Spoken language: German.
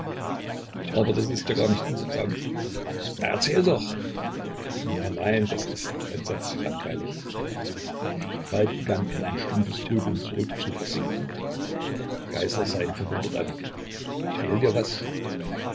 aber das ist ja gar nicht interessant na erzähl doch nein nein das ist entsetzlich langweilig falk begann in ein stumpfes grübeln zurückzuversinken geißler sah ihn verwundert an fehlt dir was